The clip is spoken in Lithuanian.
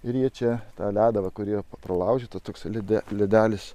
ir jie čia tą ledą va kur yra pralaužytas toks lede ledelis